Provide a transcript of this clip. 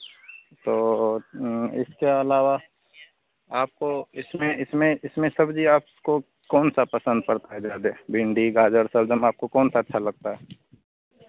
तो इसके अलावा आपको इसमें इसमें इसमें सब्जी आपको कौन सा पसंद पड़ता है ज़्यादे भिंडी गाजर शलजम आपको कौन सा अच्छा लगता है